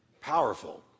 Powerful